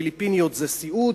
פיליפיניות זה סיעוד,